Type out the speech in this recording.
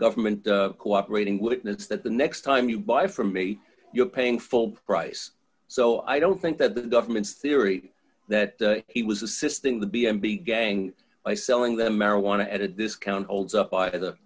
government cooperating witness that the next time you buy from me you're paying full price so i don't think that the government's theory that he was assisting the b m v gang by selling them marijuana at a discount holds up